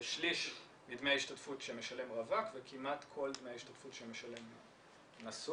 כשליש מדמי ההשתתפות שמשלם רווק וכמעט כל דמי ההשתתפות שמשלם נשוי.